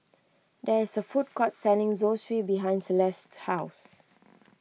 there is a food court selling Zosui behind Celeste's house